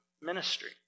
ministry